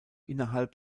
innerhalb